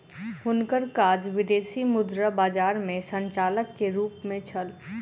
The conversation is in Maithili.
हुनकर काज विदेशी मुद्रा बजार में संचालक के रूप में छल